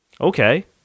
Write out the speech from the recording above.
Okay